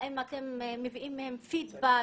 האם אתם מביאים מהם פידבק